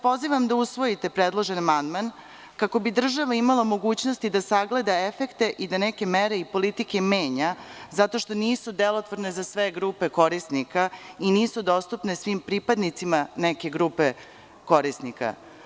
Pozivam vas da usvojite predložen amandman kako bi država imala mogućnosti da sagleda efekte i da neke mere i politike menja zato što nisu delotvorne za sve grupe korisnika i nisu dostupne svim pripadnicima neke grupe korisnika.